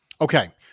Okay